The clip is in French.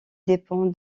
dépend